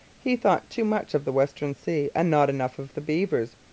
he thought too much of the western sea and not enough of the beavers.